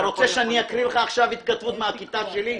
אתה רוצה שאני אקריא לך עכשיו התכתבות מהכיתה שלי?